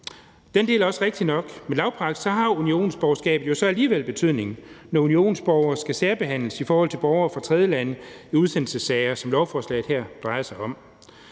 Den del er også rigtig nok, men lavpraktisk har unionsborgerskabet jo så alligevel betydning, når unionsborgere skal særbehandles i forhold til borgere fra tredjelande i udsendelsessager, som lovforslaget her drejer sig om.